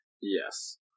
Yes